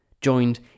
joined